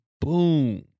boom